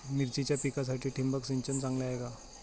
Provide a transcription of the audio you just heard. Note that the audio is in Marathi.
मिरचीच्या पिकासाठी ठिबक सिंचन चांगले आहे का?